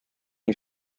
nii